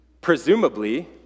presumably